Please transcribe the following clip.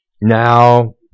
Now